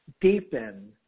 deepen